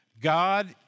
God